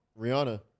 Rihanna